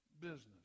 business